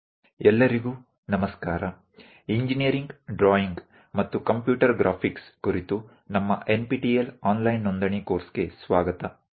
બધાને નમસ્તે engineering drawing અને કોમ્પ્યુટર ગ્રાફિક્સ વિષય પરના અમારા એનપીટીઇએલ ઓનલાઇન નોંધણી અભ્યાસક્રમમાં તમારું સ્વાગત છે